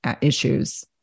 issues